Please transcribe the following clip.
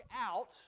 out